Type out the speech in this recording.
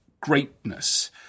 greatness